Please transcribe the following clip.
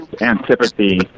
antipathy